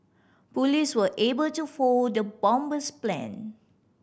police were able to foil the bomber's plan